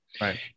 Right